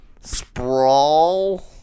sprawl